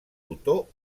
botó